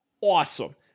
Awesome